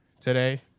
today